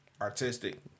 artistic